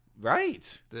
Right